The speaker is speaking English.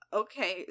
okay